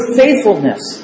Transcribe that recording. faithfulness